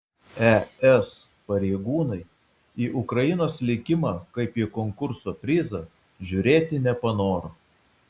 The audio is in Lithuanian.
es pareigūnai į ukrainos likimą kaip į konkurso prizą žiūrėti nepanoro